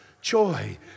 joy